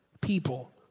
people